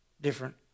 different